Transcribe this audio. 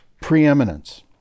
preeminence